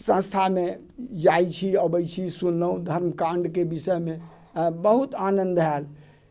संस्थामे जाइत छी अबैत छी सुनलहुँ धर्मकांडके विषयमे बहुत आनंद आएल